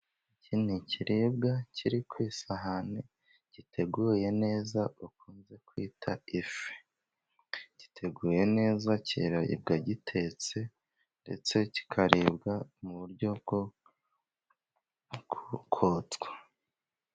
Iki n'ikiribwa kiri ku isahani giteguye neza dukunze kwita ifi, giteguye neza kiribwa gitetse ndetse kikaribwa mu buryo bwokotswa.